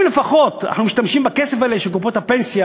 אם לפחות אנחנו משתמשים בכסף הזה של קופות הפנסיה